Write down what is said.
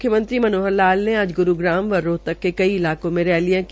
मुख्यमंत्री मनोहर लाल ने आज ग्रूग्राम व रोहतक के कई इलाकों में रैलियां की